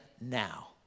now